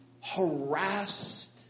harassed